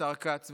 השר כץ,